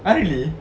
ah really